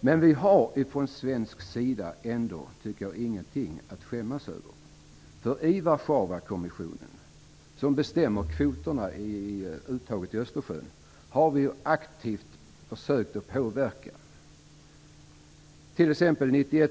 Men vi har från svensk sida ändå ingenting att skämmas över, tycker jag, för vi har aktivt försökt att påverka i Warszawakommissionen, som bestämmer kvoterna på uttaget i Östersjön. 1991